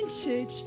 church